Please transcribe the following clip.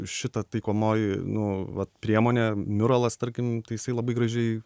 šita taikomoji nu vat priemonė miuralas tarkim tai jisai labai gražiai